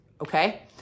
okay